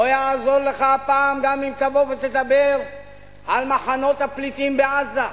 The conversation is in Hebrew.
לא יעזור לך הפעם גם אם תבוא ותדבר על מחנות הפליטים בעזה,